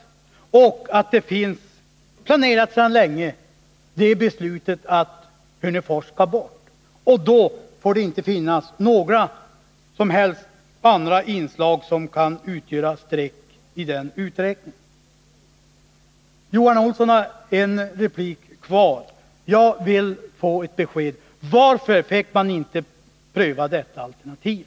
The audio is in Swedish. Beror det på det sedan länge planerade beslutet att Hörnefors skall bort och att det då inte får finnas några som helst andra inslag som kan vara ett streck i räkningen? Johan Olsson har en replik kvar. Jag vill ha ett besked: Varför fick man inte pröva detta alternativ?